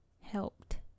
helped